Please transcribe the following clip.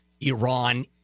Iran